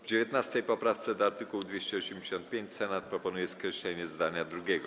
W 19. poprawce do art. 285 Senat proponuje skreślenie zdania drugiego.